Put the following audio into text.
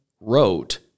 wrote